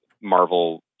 Marvel